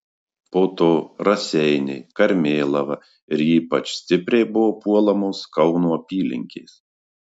po to raseiniai karmėlava ir ypač stipriai buvo puolamos kauno apylinkės